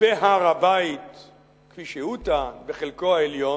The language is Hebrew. בהר-הבית כפי שהוא טען, בחלקו העליון,